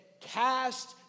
cast